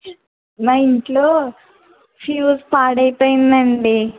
మా ఇంట్లో ఫ్యూజ్ పాడైపోయిందండి